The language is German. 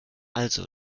also